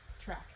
Track